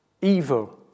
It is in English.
evil